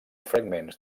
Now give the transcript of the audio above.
fragments